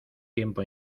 tiempo